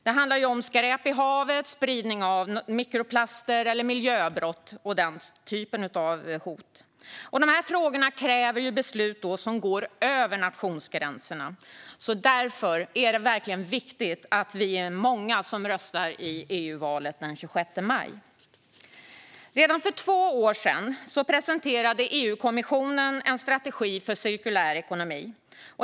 Det handlar om skräp i havet, spridning av mikroplaster, miljöbrott och den typen av hot. De frågorna kräver beslut som går över nationsgränserna. Därför är det verkligen viktigt att vi är många som röstar i EU-valet den 26 maj. Redan för två år sedan presenterade EU-kommissionen en strategi för cirkulär ekonomi.